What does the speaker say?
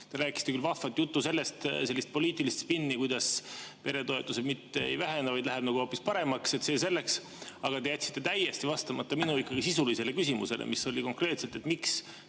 Te rääkisite küll vahvat juttu sellest, sellist poliitilist spinni, kuidas peretoetused mitte ei vähene, vaid läheb hoopis paremaks. See selleks. Aga te jätsite täiesti vastamata minu sisulisele küsimusele, mis oli konkreetselt see, miks